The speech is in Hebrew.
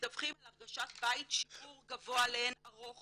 מדווחים על הרגשת בית, שיעור גבוה לאין ערוך